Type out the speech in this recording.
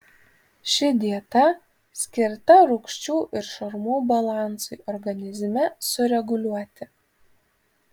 ši dieta skirta rūgščių ir šarmų balansui organizme sureguliuoti